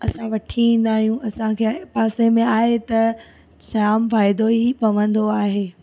असां वठी ईंदा आहियूं असांखे पासे में आहे त जाम फ़ाइदो ई पवंदो आहे